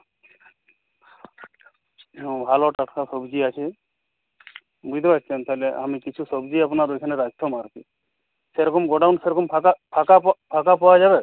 হুম ভালো টাটকা সবজি আছে বুঝতে পারছেন তালে আমি কিছু সবজি আপনার ওইখানে রাখতাম আর কি সেরকম গোডাউন সেরকম ফাঁকা ফাঁকা প ফাঁকা পাওয়া যাবে